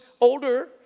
older